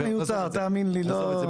תאמין לי, שזה מיותר.